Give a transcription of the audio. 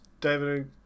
David